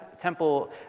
temple